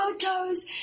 photos